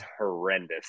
horrendous